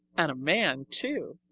and a man, too!